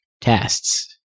tests